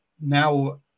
now